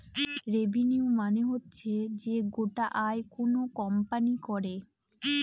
revenue মানে হচ্ছে যে গোটা আয় কোনো কোম্পানি করে